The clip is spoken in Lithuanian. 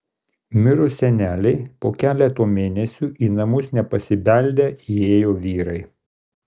mirus senelei po keleto mėnesių į namus nepasibeldę įėjo vyrai